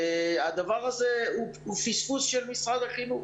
הדבר הזה הוא פספוס של משרד החינוך.